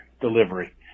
delivery